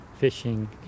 fishing